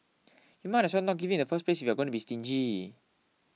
you might as well not give it in the first place if you're going to be stingy